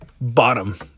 bottom